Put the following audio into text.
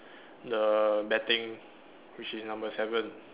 the betting which is number seven